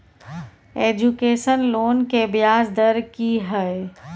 Education loan के ब्याज दर की हय?